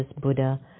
Buddha